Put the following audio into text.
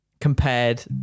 compared